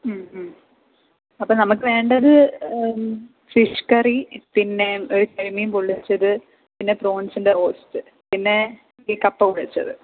അപ്പം നമുക്ക് വേണ്ടത് ഫിഷ് കറി പിന്നെ കരിമീൻ പൊള്ളിച്ചത് പിന്നെ പ്രോൺസിൻ്റെ റോസ്റ്റ് പിന്നെ ഈ കപ്പ കുഴച്ചത്